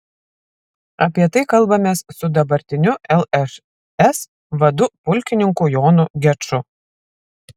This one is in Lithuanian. apie tai kalbamės su dabartiniu lšs vadu pulkininku jonu geču